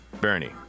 Bernie